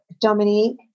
Dominique